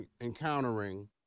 encountering